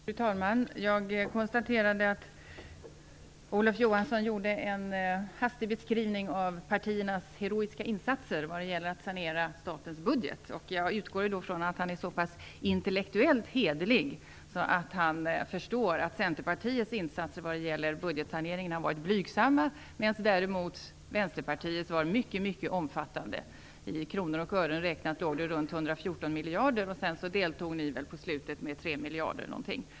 Fru talman! Jag konstaterade att Olof Johansson gjorde en hastig beskrivning av partiernas heroiska insatser vad gäller att sanera statens budget. Jag utgår då ifrån att han är så pass intellektuellt hederlig att han förstår att Centerpartiets insatser vad gäller budgetsaneringen har varit blygsamma medan däremot Vänsterpartiets insatser varit mycket omfattande. I pengar räknat låg det runt 14 miljarder. Därefter bidrog ni på slutet med omkring 3 miljarder.